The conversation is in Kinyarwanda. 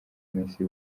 messi